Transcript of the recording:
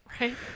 right